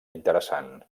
interessant